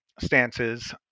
stances